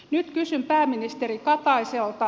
nyt kysyn pääministeri kataiselta